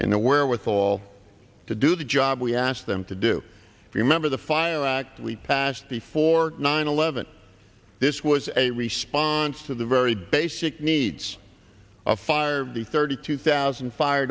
and the wherewithal to do the job we asked them to do if you remember the fire act we passed before nine eleven this was a response to the very basic needs of fire the thirty two thousand fire